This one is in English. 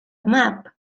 map